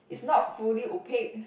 it's not fully opaque